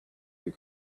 your